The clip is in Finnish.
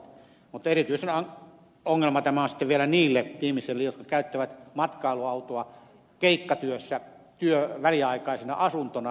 mutta erityinen ongelma tämä on sitten vielä niille ihmisille jotka käyttävät matkailuautoa keikkatyössä väliaikaisena asuntona